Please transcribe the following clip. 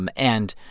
um and,